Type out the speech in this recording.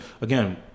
again